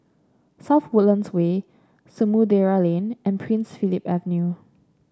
South Woodlands Way Samudera Lane and Prince Philip Avenue